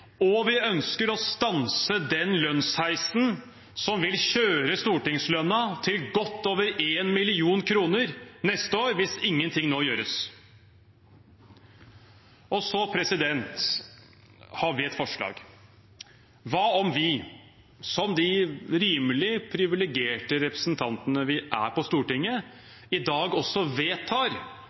og vi ønsker å stanse den lønnsheisen som vil kjøre stortingslønnen til godt over 1 mill. kr neste år, hvis ingenting nå gjøres. Så har vi et forslag. Hva om vi, som de rimelig privilegerte representantene vi er på Stortinget, i dag også vedtar